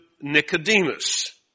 Nicodemus